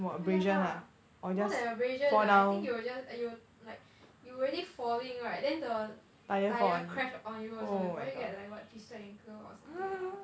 不要大 more than abrasion ah I think you will just you will like you already falling right then the tire crash on you also you probably get like twisted ankle or something